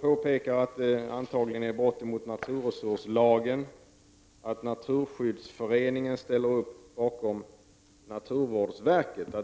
påpekar att det antagligen är fråga om brott mot naturresurslagen och att Naturskyddsföreningen ställer sig bakom naturvårdsverket.